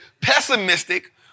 pessimistic